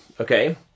okay